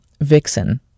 Vixen